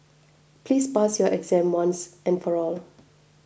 please pass your exam once and for all